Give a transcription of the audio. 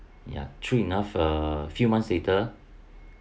ya true enough a few months later